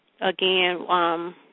again